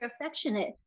affectionate